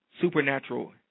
supernatural